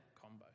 combo